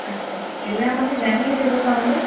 আচ্ছা এলে আমাকে জানিয়ে দেবে তাহলে